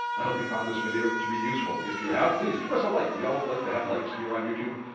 i hope you found this video to be useful. if you have, please give us a like. we always like to have likes here on youtube.